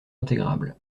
intégrables